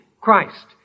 Christ